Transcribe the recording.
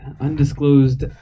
Undisclosed